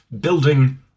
building